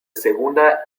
segunda